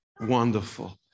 wonderful